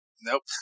Nope